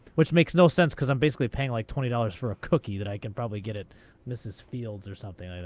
which makes no sense, because i'm basically paying like twenty dollars for a cookie that i can probably get at mrs. fields or something like